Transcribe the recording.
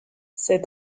cet